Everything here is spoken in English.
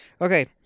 Okay